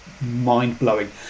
Mind-blowing